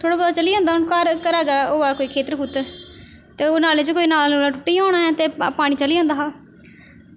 थोह्ड़ा बौह्त चली जंदा होना घर घरै दा होऐ कोई खेत्तर खूत्तर ते नाले च ते नाला कोई टट्टी गेआ होना ऐ ते पानी चली जंदा हा